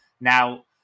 Now